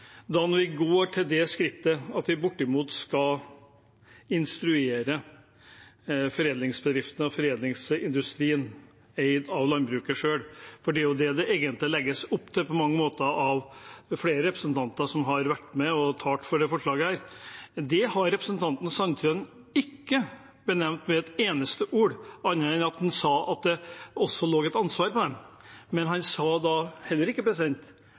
det det på mange måter egentlig legges opp til av flere representanter som har vært med og talt for dette forslaget. Det har representanten Sandtrøen ikke nevnt med et eneste ord, annet enn at han sa at det også lå et ansvar på dem. Men han sa heller ikke